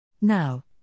Now